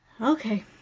Okay